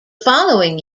following